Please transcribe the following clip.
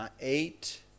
eight